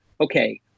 Okay